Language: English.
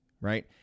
right